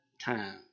time